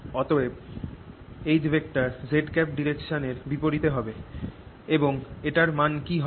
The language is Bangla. অতএব H z ডিরেকশান এর বিপরীতে হবে এবং এটার মান কি হবে